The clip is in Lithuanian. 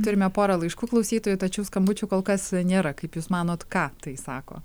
turime porą laiškų klausytojų tačiau skambučių kol kas nėra kaip jūs manot ką tai sako